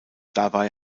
dabei